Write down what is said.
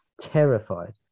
Terrified